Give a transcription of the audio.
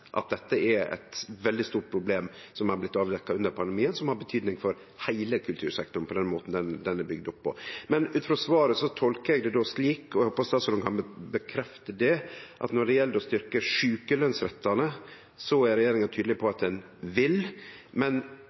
at dette er eit veldig stort problem som har blitt avdekt under pandemien, som har betydning for heile kultursektoren med den måten han er bygd opp på. Ut frå svaret tolkar eg det då slik – og håpar statsråden kan bekrefte det – at når det gjeld å styrkje sjukelønsrettane, er regjeringa tydeleg på at ein vil. Fleirtalsmerknaden frå regjeringspartia er altså at ein ikkje berre skal utgreie, men